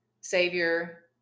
Savior